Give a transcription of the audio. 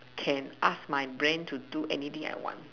can ask my brain to do anything I want